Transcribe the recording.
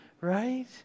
right